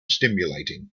stimulating